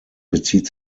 bezieht